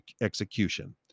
execution